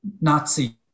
Nazi